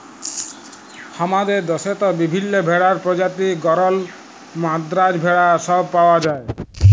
হামাদের দশেত বিভিল্য ভেড়ার প্রজাতি গরল, মাদ্রাজ ভেড়া সব পাওয়া যায়